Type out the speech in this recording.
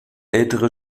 ältere